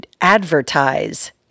advertise